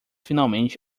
finalmente